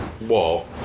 wall